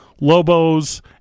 lobos